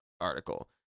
article